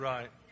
Right